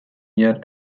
year